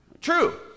True